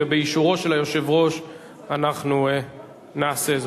באישורו של היושב-ראש אנחנו נעשה זאת.